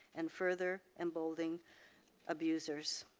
and further embolden abusers.